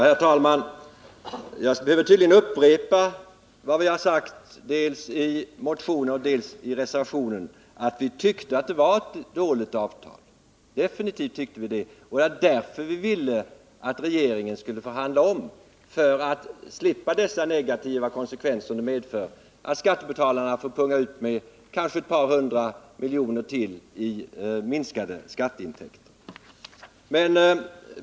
Herr talman! Jag behöver tydligen upprepa vad vi har sagt dels i motioner, dels i reservationen, nämligen att vi tyckte att det var ett dåligt avtal. Det tyckte vi definitivt att det var. Det var därför vi ville att regeringen skulle förhandla om, för att man skulle slippa de negativa konsekvenser som det medför att skattebetalarna får punga ut med kanske ett par hundra miljoner till på grund av minskade skatteintäkter.